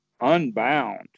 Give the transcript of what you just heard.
unbound